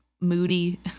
moody